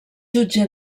jutge